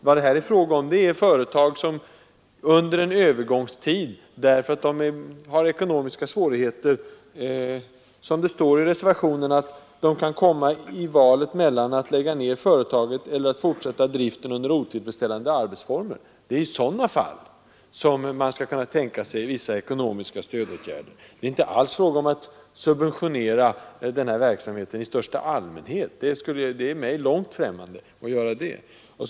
Vad det här är fråga om, är företag som under en övergångstid på grund av ekonomiska svårigheter kan komma, som det står i reservationen, i valet mellan att lägga ned företaget och att fortsätta driften under otillfredsställande arbetsformer. Det är i sådana fall som man skall kunna tänka sig vissa ekonomiska stödåtgärder. Det är inte alls fråga om att subventionera den här verksamheten i största allmänhet — det är mig helt främmande att vilja göra det.